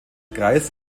kreis